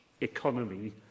economy